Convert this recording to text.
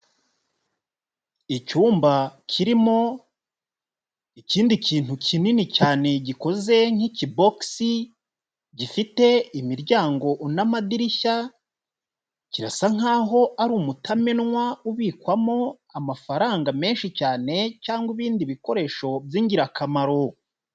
Icyumba kirimo ikindi kintu kinini cyane gikoze nk'ikibogisi, gifite imiryango n'amadirishya, kirasa nk'aho ari umutamenwa ubikwamo amafaranga menshi cyane cyangwa ibindi bikoresho by'ingirakamaro.